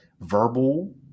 verbal